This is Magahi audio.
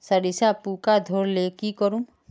सरिसा पूका धोर ले की करूम?